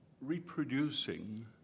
reproducing